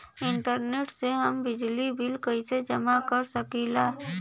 Internet से हम बिजली बिल कइसे जमा कर सकी ला?